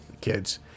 kids